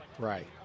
Right